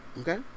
Okay